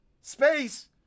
space